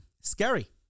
scary